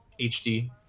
HD